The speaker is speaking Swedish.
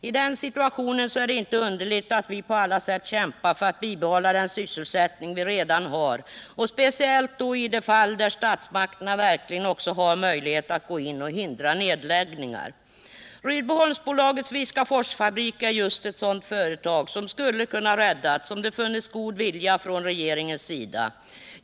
I den situationen är det inte underligt att vi på alla sätt kämpar för att bibehålla den sysselsättning vi redan har, speciellt i de fall där statsmakterna har möjlighet att gå in och hindra nedläggningar. Rydboholmsbolagets Viskaforsfabrik är just ett sådant företag, som skulle ha kunnat räddas om det funnits god vilja från regeringens sida.